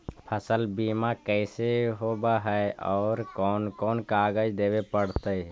फसल बिमा कैसे होब है और कोन कोन कागज देबे पड़तै है?